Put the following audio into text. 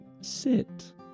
sit